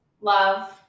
love